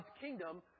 kingdom